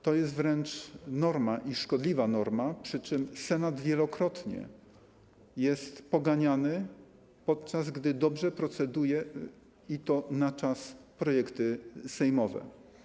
To jest wręcz norma, szkodliwa norma, przy czym Senat wielokrotnie jest poganiany, kiedy dobrze proceduje, i to na czas, nad projektami sejmowymi.